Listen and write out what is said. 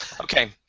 Okay